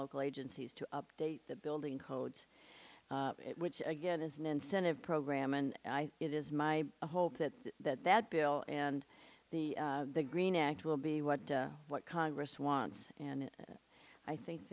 local agencies to update the building codes which again is an incentive program and it is my hope that that that bill and the the green act will be what what congress wants and i think